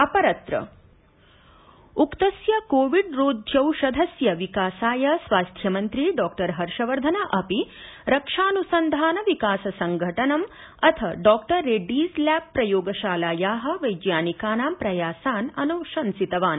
अपरत्र उक्तस्य कोविड रोध्यौषधस्य विकसाय स्वास्थ्यमन्त्री डॉक्टर हर्षवर्धन अपि रक्षा अनुसंधानविकास संघटन अथ डॉक्टर रेड्डीज़ लैब प्रयोगशालाया वैज्ञानिकानां प्रयासान् अनुशंसितवान्